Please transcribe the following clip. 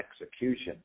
execution